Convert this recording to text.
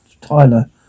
Tyler